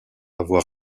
avoir